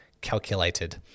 calculated